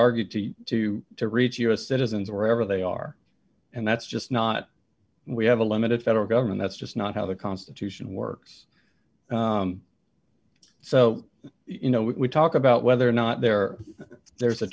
argued to to to reach u s citizens or ever they are and that's just not we have a limited federal government that's just not how the constitution works so you know we talk about whether or not there there's a